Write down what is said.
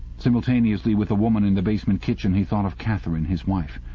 simultaneously with the woman in the basement kitchen he thought of katharine, his wife.